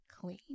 clean